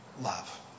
love